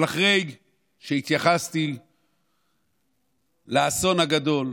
אבל אחרי שהתייחסתי לאסון הגדול,